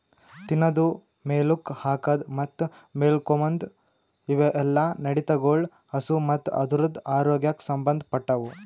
ತಿನದು, ಮೇಲುಕ್ ಹಾಕದ್ ಮತ್ತ್ ಮಾಲ್ಕೋಮ್ದ್ ಇವುಯೆಲ್ಲ ನಡತೆಗೊಳ್ ಹಸು ಮತ್ತ್ ಅದುರದ್ ಆರೋಗ್ಯಕ್ ಸಂಬಂದ್ ಪಟ್ಟವು